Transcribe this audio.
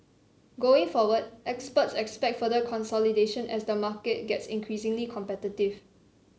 going forward experts expect further consolidation as the market gets increasingly competitive